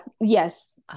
yes